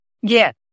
Yes